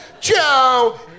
Joe